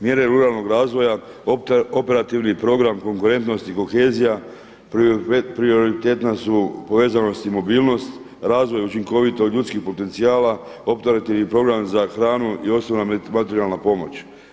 Mjere ruralnog razvoja, operativni program konkurentnosti kohezija prioritetna su povezanost i mobilnost, razvoj učinkovitosti ljudskih potencijala, operativni program za hranu i ostala materijalna pomoć.